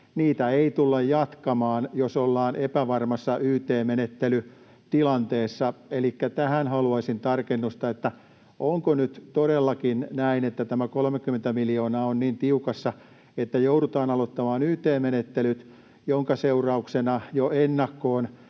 Niitä ei tulla jatkamaan, jos ollaan epävarmassa yt-menettelytilanteessa. Elikkä tähän haluaisin tarkennusta: onko nyt todellakin näin, että tämä 30 miljoonaa on niin tiukassa, että joudutaan aloittamaan yt-menettelyt, minkä seurauksena jo ennakkoon